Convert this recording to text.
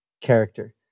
character